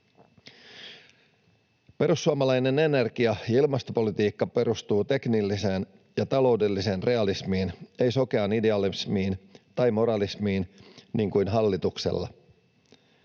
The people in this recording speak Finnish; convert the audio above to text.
Perussuomalainen energia- ja ilmastopolitiikka perustuu teknilliseen ja taloudelliseen realismiin, ei sokeaan idealismiin tai moralismiin niin kuin hallituksella.